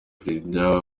perezida